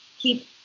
keep